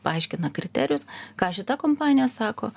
paaiškina kriterijus ką šita kompanija sako